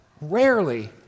rarely